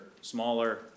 smaller